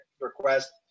request